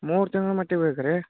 ಮೂರು ತಿಂಗ್ಳ ಮಟ್ಟಿಗೆ ಬೇಕಾ ರೀ